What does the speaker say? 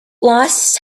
lost